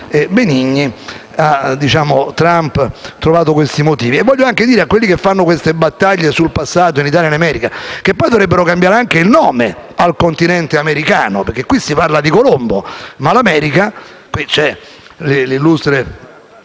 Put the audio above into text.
Benigni, ha trovato questi motivi. Vorrei anche dire a quelli che fanno battaglie sul passato in Italia e in America che poi dovrebbero cambiare anche il nome al continente americano, perché qui si parla di Colombo, ma l'America - qui c'è l'illustre